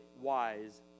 wise